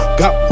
got